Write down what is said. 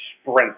sprint